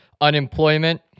Unemployment